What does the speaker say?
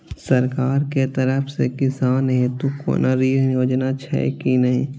सरकार के तरफ से किसान हेतू कोना ऋण योजना छै कि नहिं?